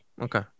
Okay